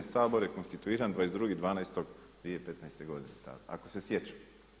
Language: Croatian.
Sabor je konstituiran 22.12.2015. godine, ako se sjećam.